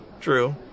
True